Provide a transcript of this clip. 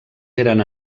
eren